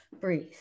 breathe